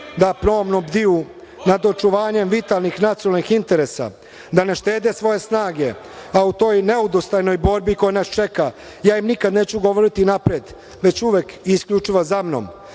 da promptno bdiju nad očuvanjem vitalnih nacionalnih interesa, da ne štede svoje snage, a u toj neodustajnoj borbi koja nas čeka, ja im nikad neću govoriti napred, već uvek i isključivo za mnom.